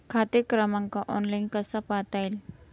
खाते क्रमांक ऑनलाइन कसा पाहता येईल?